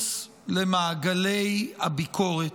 מחוץ למעגלי הביקורת.